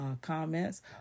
comments